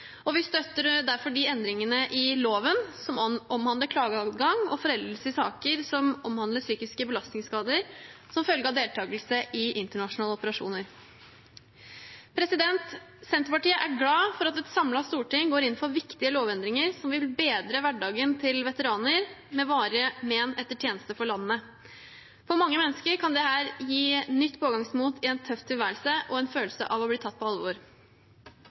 Vi støtter derfor de endringene i loven som omhandler klageadgang og foreldelse i saker som omhandler psykiske belastningsskader som følge av deltakelse i internasjonale operasjoner. Senterpartiet er glad for at et samlet storting går inn for viktige lovendringer som vil bedre hverdagen til veteraner med varige men etter tjeneste for landet. For mange mennesker kan dette gi nytt pågangsmot i en tøff tilværelse og en følelse av å bli tatt på alvor.